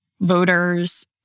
voters